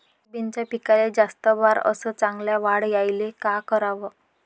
सोयाबीनच्या पिकाले जास्त बार अस चांगल्या वाढ यायले का कराव?